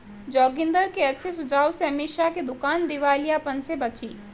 जोगिंदर के अच्छे सुझाव से अमीषा की दुकान दिवालियापन से बची